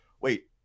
wait